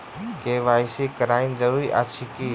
KYC करानाइ जरूरी अछि की?